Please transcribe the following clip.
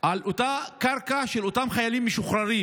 על אותה קרקע של אותם חיילים משוחררים.